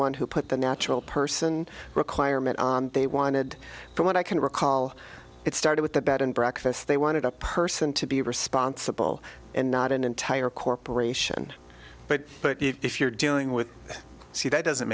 one who put the natural person requirement on they wanted from what i can recall it started with the bed and breakfast they wanted a person to be responsible and not an entire corporation but if you're dealing with c that doesn't